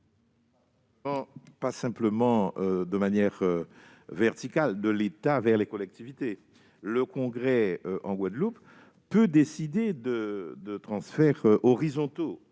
pas simplement de manière verticale, de l'État vers les collectivités. Il peut décider de transferts horizontaux,